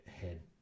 head